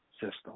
system